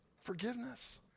Forgiveness